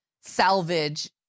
salvage